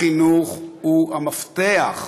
החינוך הוא המפתח.